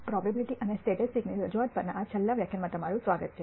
probability અને સ્ટેટિસ્ટિક્સની રજૂઆત પરના આ છેલ્લા વ્યાખ્યાનમાં તમારું સ્વાગત છે